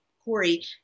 Corey